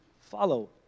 follow